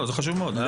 זה חשוב מאוד.